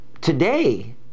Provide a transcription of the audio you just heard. today